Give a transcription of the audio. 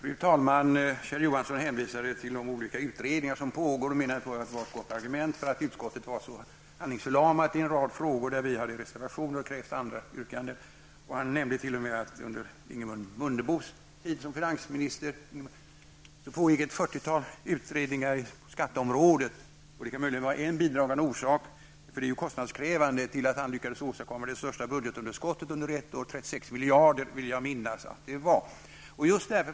Fru talman! Kjell Johansson hänvisade till de olika utredningar som pågår och menade att detta var en god förklaring till att utskottet var handlingsförlamat i en rad frågor, där vi hade reservationer och andra yrkanden. Han nämnde att det under Ingemar Mundebos tid som finansminister pågick ett fyrtiotal utredningar på skatteområdet. Detta kan ha varit en bidragande orsak -- utredningar är ju kostnadskrävande -- till att han lyckades åstadkomma det största budgetunderskottet under ett år. Jag vill minnas att det uppgick till 36 miljarder kronor.